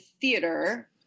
theater